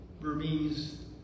Burmese